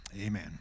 Amen